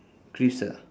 crisps ah